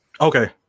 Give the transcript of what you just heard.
Okay